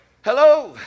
Hello